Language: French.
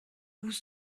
vous